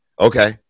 Okay